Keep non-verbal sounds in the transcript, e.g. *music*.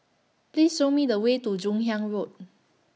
Please Show Me The Way to Joon Hiang Road *noise*